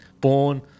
born